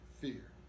fear